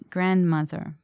Grandmother